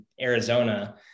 Arizona